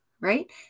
right